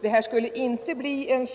Det här skulle inte bli en